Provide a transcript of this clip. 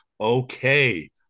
okay